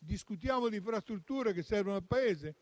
Discutiamo di infrastrutture che servono al Paese?